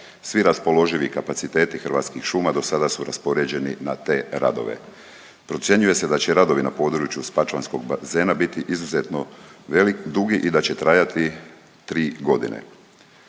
Svi raspoloživi kapaciteti Hrvatskih šuma do sada su raspoređeni na te radove. Procjenjuje se da će radovi na području spačvanskog bazena biti izuzetno velik, dugi i da će trajati 3 godine.